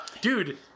Dude